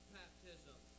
baptism